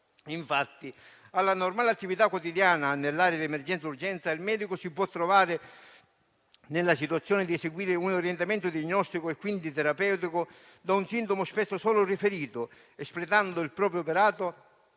Infatti, alla normale attività quotidiana nell'area di emergenza-urgenza il medico si può trovare nella situazione di eseguire un orientamento diagnostico e quindi terapeutico da un sintomo spesso solo riferito, espletando il proprio operato